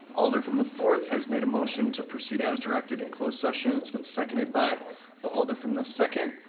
alder from the fourth has made a motion to proceed as directed in closed session, it's been seconded by the alder from the second.